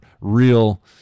real